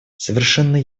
совершенно